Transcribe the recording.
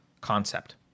concept